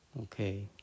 okay